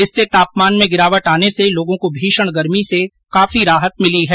इससे तापमान में गिरावट आने से लोगों को भीषण गर्मी से काफी राहत मिली है